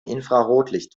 infrarotlicht